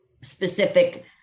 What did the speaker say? specific